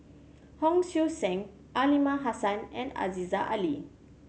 Hon Sui Sen Aliman Hassan and Aziza Ali